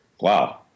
wow